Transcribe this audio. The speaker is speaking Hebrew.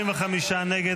42 נגד,